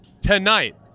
Tonight